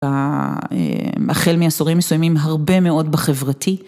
אה... החל מאסורים מסוימים הרבה מאוד בחברתי.